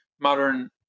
modern